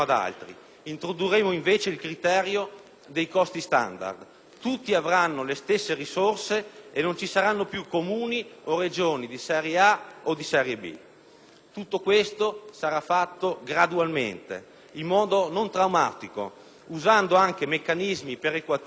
tutti avranno le stesse risorse e non ci saranno più Comuni o Regioni di serie A o di serie B. Tutto ciò sarà fatto gradualmente, in modo non traumatico, usando anche meccanismi perequativi per permettere a tutti di adeguarsi alle nuove norme.